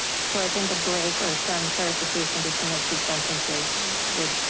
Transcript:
so i think a break or some clarification between those two sentences would.